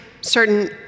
certain